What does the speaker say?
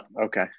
okay